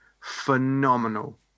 phenomenal